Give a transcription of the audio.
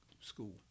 school